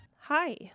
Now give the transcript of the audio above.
Hi